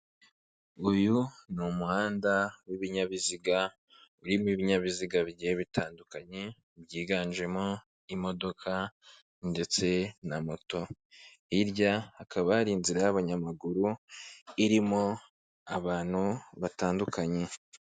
Uyu ni umuhanda w'ibinyabiziga urimo ibinyabiziga bigiye bitandukanye byiganjemo imodoka ndetse na moto hirya hakaba hari inzira y'abanyamaguru irimo abantu batandukanye.